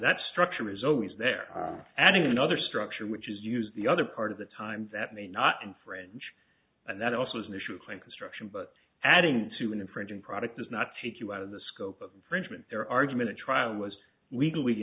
that structure is always there adding another structure which is used the other part of the time that may not infringe and that also is an issue of claim construction but adding to an infringing product does not take you out of the scope of infringement their argument at trial was